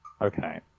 Okay